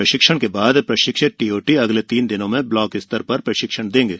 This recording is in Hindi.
प्रशिक्षण के बाद प्रशिक्षित टीओटी अगले तीन दिनों में ब्लाक स्तर पर प्रशिक्षण देंगे